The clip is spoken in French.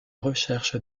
recherche